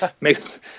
makes